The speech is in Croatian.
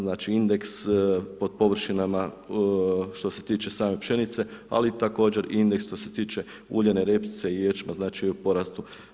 Znači, indeks pod površinama što se tiče same pšenice, ali također i indeks što se tiče uljane repice i ječma, znači u porastu.